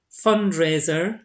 fundraiser